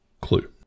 Clue